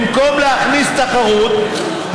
במקום להכניס תחרות,